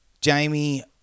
Jamie